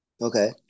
Okay